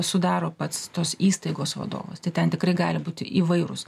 sudaro pats tos įstaigos vadovas tai ten tikri gali būt įvairūs